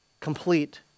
complete